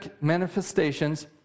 manifestations